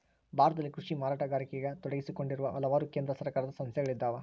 ಭಾರತದಲ್ಲಿ ಕೃಷಿ ಮಾರಾಟಗಾರಿಕೆಗ ತೊಡಗಿಸಿಕೊಂಡಿರುವ ಹಲವಾರು ಕೇಂದ್ರ ಸರ್ಕಾರದ ಸಂಸ್ಥೆಗಳಿದ್ದಾವ